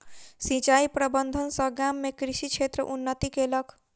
सिचाई प्रबंधन सॅ गाम में कृषि क्षेत्र उन्नति केलक